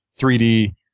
3d